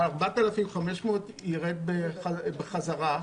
ה-4,500 ירד בחזרה,